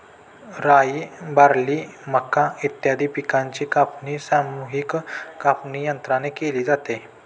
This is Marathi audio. राई, बार्ली, मका इत्यादी पिकांची कापणी सामूहिक कापणीयंत्राने केली जाते